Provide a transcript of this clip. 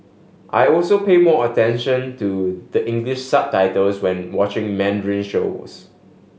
I also pay more attention to the English subtitles when watching Mandarin shows